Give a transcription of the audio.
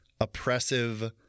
oppressive